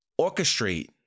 orchestrate